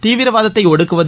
தீவிரவாதத்தை ஒடுக்குவது